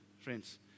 friends